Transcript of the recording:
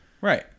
Right